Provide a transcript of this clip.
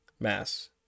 mass